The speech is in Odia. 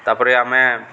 ତା'ପରେ ଆମେ